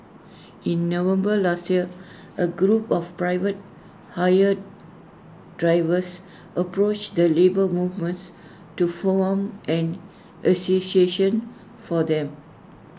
in November last year A group of private hire drivers approached the labour movements to form an association for them